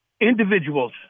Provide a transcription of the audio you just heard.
individuals